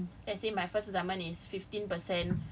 then cause different assignments is different weightages apa